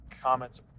comments